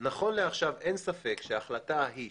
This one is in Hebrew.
נכון לעכשיו אין ספק שההחלטה ההיא,